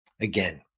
Again